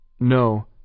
No